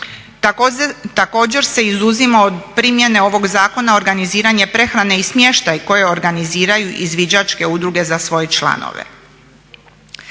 Također se izuzima od primjene ovog zakona organiziranje prehrane i smještaj koje organiziraju izviđačke udruge za svoje članove.